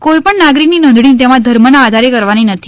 કોઈપણ નાગરિક ની નોંધણી તેમાં ધર્મ ના આધારે કરવાની નથી